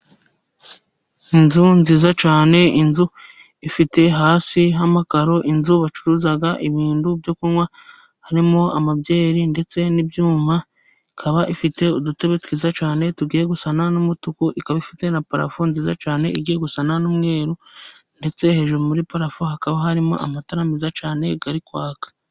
Inzu nziza cyane inzu ifite hasi hamakaro, inzu bacuruzaga ibintu byo kunywa harimo amabyeri ndetse n'ibyuma, ikaba ifite udutebe twiza cyane tugiye gusa n'umutuku, ikaba ifite na parafu nziza cyane igiye gusana n'umweru ndetse hejuru muri parafu hakaba harimo amatara meza cyane ari kwaka.